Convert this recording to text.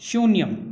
शून्यम्